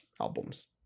albums